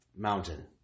Mountain